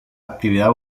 actividad